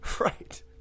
Right